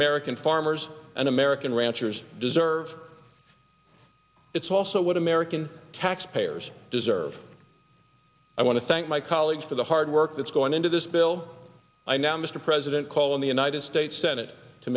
american farmers and american ranchers deserve it's also what american taxpayers deserve i want to thank my colleagues for the hard work that's going into this bill i now mister president call the united states sen